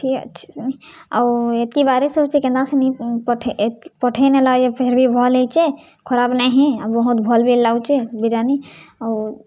ଠିକ୍ ଅଛି ସିନି ଆଉ ଏତ୍କି ବାରିଶ୍ ହଉଚେ କେନ୍ତା ପଠେଇ ପଠେଇ ନେଲା ଯେ ଫେର୍ ବି ଭଲ୍ ହେଇଚେ ଖରାପ୍ ନାହିଁ ହେଇ ଆଉ ବହୁତ୍ ଭଲ୍ ବି ଲାଗୁଚେ ବିରିୟାନୀ ଆଉ